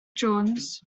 jones